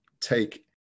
take